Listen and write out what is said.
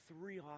three